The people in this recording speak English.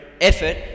effort